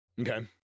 Okay